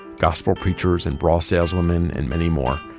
gospel preachers and bra saleswomen and many more.